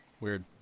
Weird